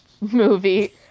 movie